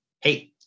hey